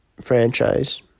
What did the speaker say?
franchise